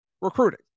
recruiting